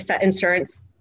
insurance